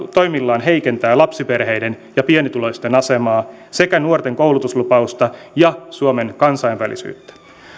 toimillaan heikentää lapsiperheiden ja pienituloisten asemaa sekä nuorten koulutuslupausta ja suomen kansainvälisyyttä